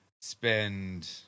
spend